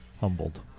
humbled